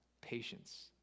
patience